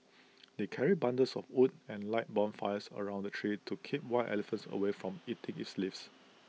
they carried bundles of wood and light bonfires around the tree to keep wild elephants away from eating its leaves